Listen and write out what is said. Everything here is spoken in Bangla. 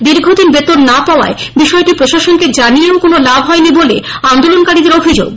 দীর্ঘদিন বেতন না পাওয়ার বিষয়টি প্রশাসনকে জানিয়েও কোনো লাভ হয়নি বলে আন্দোলনকারীদের অভিযোগ